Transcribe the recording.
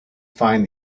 find